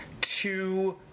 two